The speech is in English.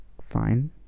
fine